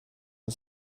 and